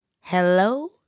Hello